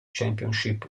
championship